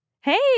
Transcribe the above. Hey